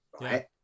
Right